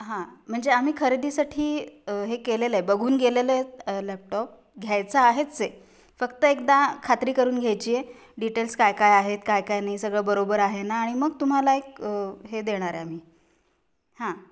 हां म्हणजे आम्ही खरेदीसाठी हे केलेलं आहे बघून गेलेलं लॅपटॉप घ्यायचं आहेच आहे फक्त एकदा खात्री करून घ्यायची आहे डिटेल्स काय काय आहेत काय काय नाही सगळं बरोबर आहे ना आणि मग तुम्हाला एक हे देणार आम्ही हां